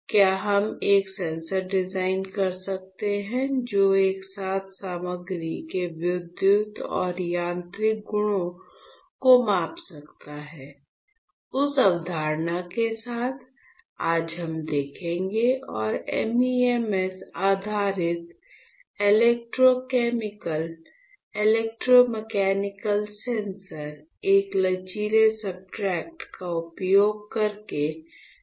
क्या हम एक सेंसर डिज़ाइन कर सकते हैं जो एक साथ सामग्री के विद्युत और यांत्रिक गुणों को माप सकता है उस अवधारणा के साथ आज हम देखेंगे और MEMS आधारित इलेक्ट्रोकेमिकल इलेक्ट्रोमैकेनिकल सेंसर एक लचीले सब्सट्रेट का उपयोग करके निर्माण करे